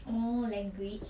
oh language